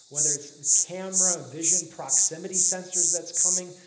whether its camera vision proximity sensors that's coming,